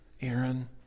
Aaron